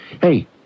Hey